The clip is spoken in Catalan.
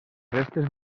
restes